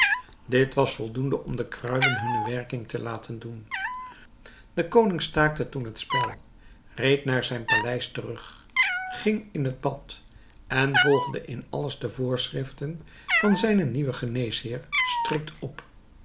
dit was voldoende om de kruiden hunne werking te laten doen de koning staakte toen het spel reed naar zijn paleis terug ging in het bad en volgde in alles de voorschriften van zijnen nieuwen geneesheer strikt op